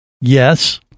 Yes